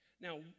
Now